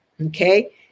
Okay